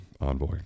envoy